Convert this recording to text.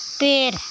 पेड़